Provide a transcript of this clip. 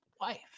wife